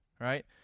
right